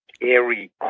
airy